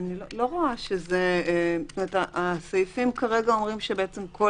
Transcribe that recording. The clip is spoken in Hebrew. זאת אומרת שהסעיפים כרגע אומרים שבעצם כל